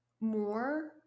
more